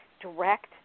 direct